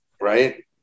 Right